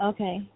Okay